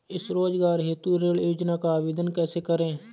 स्वरोजगार हेतु ऋण योजना का आवेदन कैसे करें?